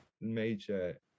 major